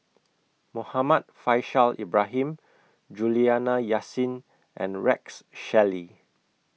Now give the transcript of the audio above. Muhammad Faishal Ibrahim Juliana Yasin and Rex Shelley